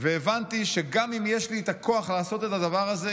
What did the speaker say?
והבנתי שגם אם יש לי את הכוח לעשות את הדבר הזה,